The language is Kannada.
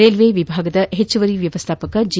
ರೈಲ್ವೈ ವಿಭಾಗದ ಹೆಚ್ಚುವರಿ ವ್ಯವಸ್ಥಾಪಕ ಜಿ